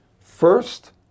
First